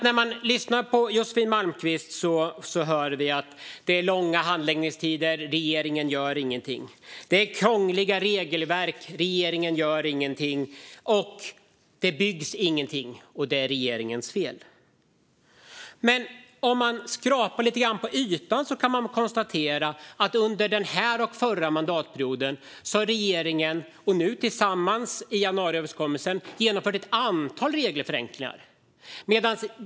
När vi lyssnar på Josefin Malmqvist får vi höra att det är långa handläggningstider och krångliga regler och att regeringen ingenting gör. Och det byggs ingenting, och det är regeringens fel. Men om man skrapar lite grann på ytan kan man konstatera att under den här mandatperioden och den förra mandatperioden har regeringen - nu tillsammans med partierna i januariöverenskommelsen - genomfört ett antal regelförenklingar.